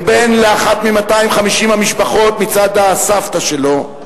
כבן לאחת מ-250 המשפחות, מצד הסבתא שלו,